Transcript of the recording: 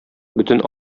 бөтен